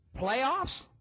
playoffs